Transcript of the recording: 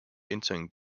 entering